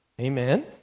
Amen